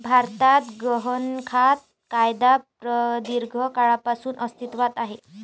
भारतात गहाणखत कायदा प्रदीर्घ काळापासून अस्तित्वात आहे